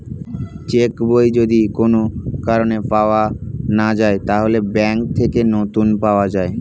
check বই যদি কোন কারণে পাওয়া না যায়, তাহলে ব্যাংক থেকে নতুন পাওয়া যায়